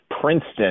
Princeton